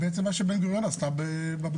זה בעצם מה שבן גוריון עשתה בדרום.